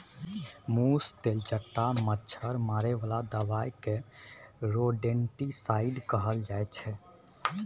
मुस, तेलचट्टा, मच्छर मारे बला दबाइ केँ रोडेन्टिसाइड कहल जाइ छै